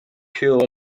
pure